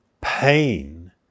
pain